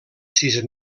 sis